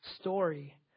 story